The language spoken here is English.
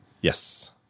Yes